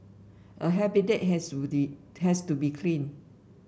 a habitat has to be test to be clean